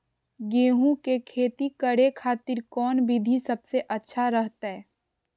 गेहूं के खेती करे खातिर कौन विधि सबसे अच्छा रहतय?